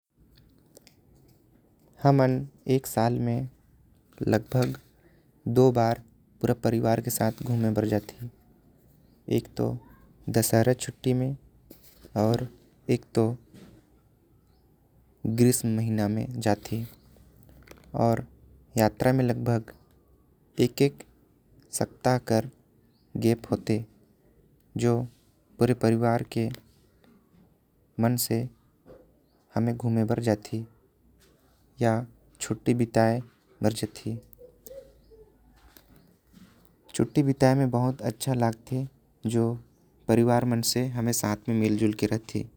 हमन एक साल में लगभग दो बार पूरा परिवार के साथ घूमे। बार जीत एक तो दशहरा छूट में इक तो ग्रीष्म महीना म म जाती। आऊ यात्रा में एक एक सप्ताह कर गैप होते। जो पूरे परिवार के मन से हमे घूमे बर जाती आऊ। छुट्टी बताई बर जाती छुटी बिताए मे बहुत अच्छा लगते। जो परिवार मन से हमे साथ में मिल जुल कर रहते।